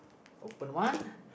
open one